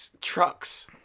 trucks